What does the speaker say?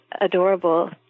adorable